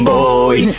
Boy